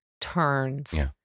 turns